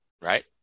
right